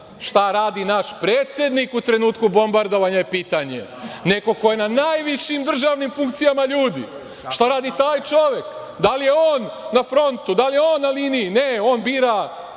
Šta radi naš predsednik u trenutku bombardovanja je pitanje, neko ko je na najvišim državnim funkcijama, ljudi. Šta radi taj čovek? Da li je on na frontu? Da li je on na liniji? Ne, on bira,